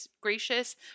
gracious